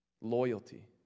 Loyalty